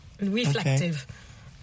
reflective